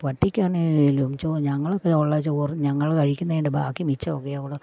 പട്ടിക്കാണെങ്കിലും ഞങ്ങളൊക്കെ ഉള്ള ചോറും ഞങ്ങൾ കഴിക്കുന്നതിൻ്റെ ബാക്കി മിച്ചമൊക്കെയാ കൊടുക്കൂ